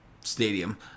stadium